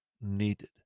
needed